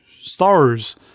stars